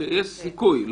שיש סיכוי.